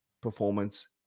performance